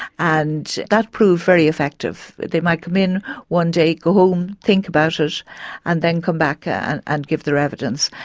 and that proved very effective. they might come in one day, go home, think about it and then come back and and give their evidence,